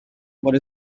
what